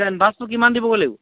এতিয়া এডভাঞ্চটো কিমান দিবগৈ লাগিব